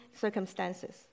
circumstances